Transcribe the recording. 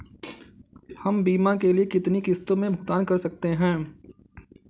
हम बीमा के लिए कितनी किश्तों में भुगतान कर सकते हैं?